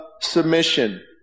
submission